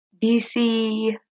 DC